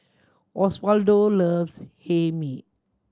Osvaldo loves Hae Mee